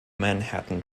manhattan